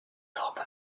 normes